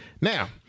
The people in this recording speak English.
Now